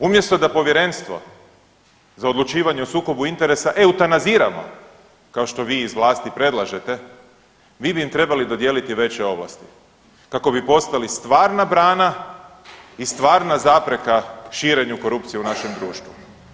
Umjesto da Povjerenstvo za odlučivanje o sukobu interesa eutanaziramo kao što vi iz vlasti predlažete vi bi im trebali dodijeliti veće ovlasti kako bi postali stvarna brana i stvarna zapreka širenju korupcije u našem društvu.